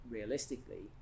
Realistically